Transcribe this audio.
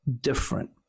different